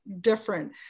different